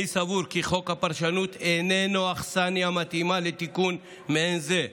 אני סבור כי חוק הפרשנות איננו אכסניה מתאימה לתיקון מעין זה,